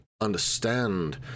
understand